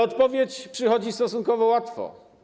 Odpowiedź przychodzi stosunkowo łatwo.